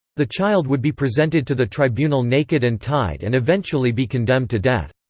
the child would be presented to the tribunal naked and tied and eventually be condemned to death.